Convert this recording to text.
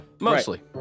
mostly